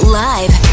live